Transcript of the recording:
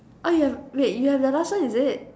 oh you have wait you have your last one is it